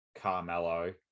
Carmelo